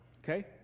Okay